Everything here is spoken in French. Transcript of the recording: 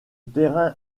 terrain